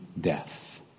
death